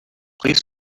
please